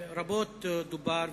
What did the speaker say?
רבות דובר,